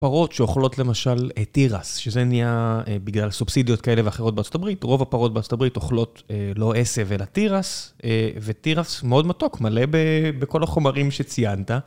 פרות שאוכלות למשל אה תירס, שזה נהיה בגלל סובסידיות כאלה ואחרות בארה״ב, רוב הפרות בארה״ב אוכלות לא עשב אלא תירס, ותירס מאוד מתוק, מלא בכל החומרים שציינת.